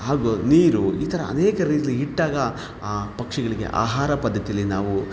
ಹಾಗೂ ನೀರು ಈ ತರ ಅನೇಕ ರೀತಿ ಇಟ್ಟಾಗ ಆ ಪಕ್ಷಿಗಳಿಗೆ ಆಹಾರ ಪದ್ಧತಿಯಲ್ಲಿ ನಾವು